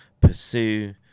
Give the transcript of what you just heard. pursue